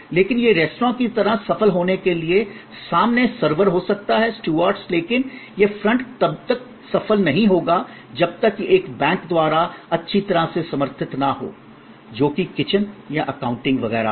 लेकिन एक रेस्तरां की तरह सफल होने के लिए सामने सर्वर हो सकता है स्टूवर्स लेकिन यह फ्रंट तब तक सफल नहीं होगा जब तक कि यह बैक द्वारा अच्छी तरह से समर्थित न हो जो कि किचन या अकाउंटिंग वगैरह हो